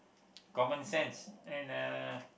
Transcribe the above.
common sense and uh